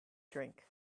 drink